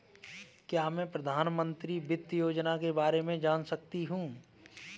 क्या मैं प्रधानमंत्री वित्त योजना के बारे में जान सकती हूँ?